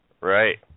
Right